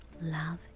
love